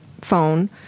phone